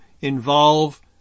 involve